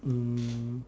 um